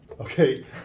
Okay